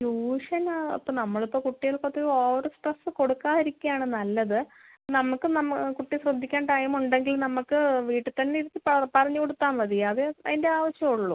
ട്യൂഷന് അപ്പോൾ നമ്മൾ ഇപ്പോൾ കുട്ടികൾക്ക് അത് ഓവർ സ്ട്രെസ്സ് കൊടുക്കാതിരിക്കുക ആണ് നല്ലത് നമ്മൾക്ക് കുട്ടിയെ ശ്രദ്ധിക്കാൻ ടൈമ് ഉണ്ടെങ്കിൽ നമ്മൾക്ക് വീട്ടിൽ തന്നെ ഇരുത്തി പറഞ്ഞ് കൊടുത്താൽ മതി അത് അതിൻ്റെ ആവശ്യമേ ഉള്ളൂ